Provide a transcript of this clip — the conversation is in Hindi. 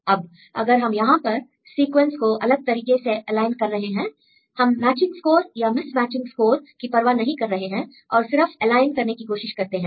अब अगर हम यहां पर सीक्वेंस को अलग तरीके से एलाइन कर रहे हैं हम मैचिंग स्कोर या मिसमैचिंग स्कोर की परवाह नहीं कर रहे हैं और सिर्फ एलाइन करने की कोशिश करते हैं